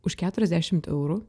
už keturiasdešimt eurų